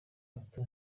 akato